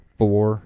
four